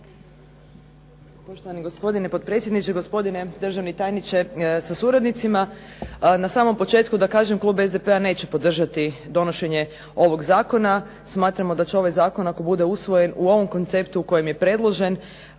Poštovani gospodine potpredsjedniče, gospodine državni tajniče sa suradnicima na samom početku da kažem klub SDP-a neće podržati donošenje ovog zakona. Smatramo da će ovaj zakon, ako bude usvojen u ovom konceptu u kojem je predložen,